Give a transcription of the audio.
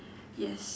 yes